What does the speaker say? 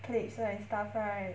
plates right and stuff right